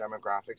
demographics